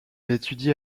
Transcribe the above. étudie